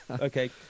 Okay